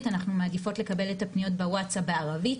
אנחנו מעדיפות לקבל את הפניות בוואטסאפ בערבית.